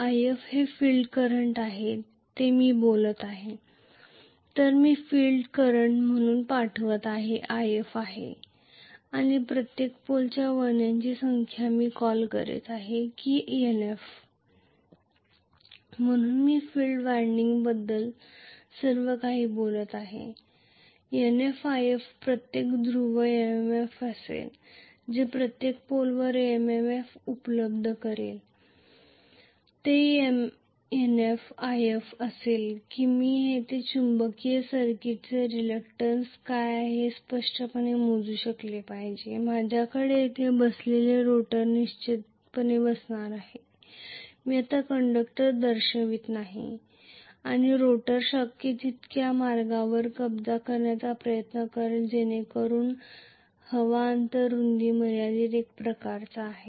If field current आहे हे मी बोलत आहे तर मी फील्ड करंट म्हणून पाठवत आहे ते If आहे आणि प्रत्येक पोलच्या वळणाची संख्या मी संबोधित करीत आहे की Nf म्हणून मी फिल्ड वायंडिंग बद्दल सर्व काही बोलत आहे NfIf प्रत्येक ध्रुव MMF असेल जे प्रत्येक पोलवर MMF उपलब्ध असेल ते NfIf असेल आणि मी येथे चुंबकीय सर्किटचा रेलक्टन्स काय आहे हे स्पष्टपणे मोजू शकले पाहिजे माझ्याकडे येथे बसलेला रोटर निश्चितपणे बसणार आहे मी आत्ता कंडक्टर दर्शवित नाही आणि रोटर शक्य तितक्या मार्गावर कब्जा करण्याचा प्रयत्न करेल जेणेकरून हवा अंतर रुंदी एक प्रकारे मर्यादित आहे